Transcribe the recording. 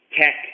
tech